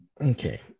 Okay